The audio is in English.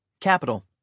Capital